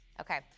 Okay